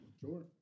Sure